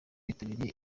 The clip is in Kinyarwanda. bitabiriye